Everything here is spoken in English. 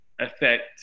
affect